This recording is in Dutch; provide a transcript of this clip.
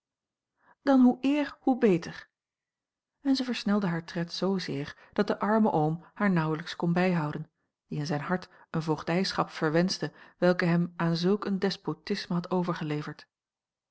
dan hoe eer hoe beter en zij versnelde haar tred zoozeer dat de arme oom haar nauwelijks kon bijhouden die in zijn hart eene voogdijschap verwenschte welke hem aan zulk een despotisme had overgeleverd